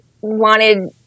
wanted